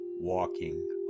walking